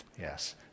Yes